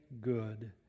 good